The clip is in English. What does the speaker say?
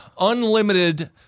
unlimited